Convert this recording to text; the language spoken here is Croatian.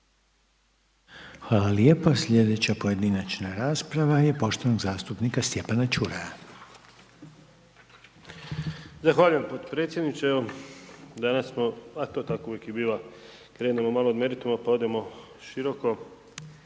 Hvala lijepo. Sljedeća pojedinačna rasprava je poštovanog zastupnika Stjepana Čuraja. **Čuraj, Stjepan (HNS)** Zahvaljujem potpredsjedniče. Evo danas smo, a to tako uvijek i biva krenuli malo od merituma, pa odemo široko.